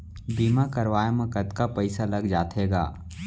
बीमा करवाए म कतका पइसा लग जाथे गा?